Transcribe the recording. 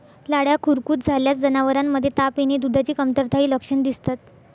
लाळ्या खुरकूत झाल्यास जनावरांमध्ये ताप येणे, दुधाची कमतरता हे लक्षण दिसतात